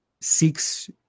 seeks